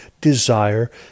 desire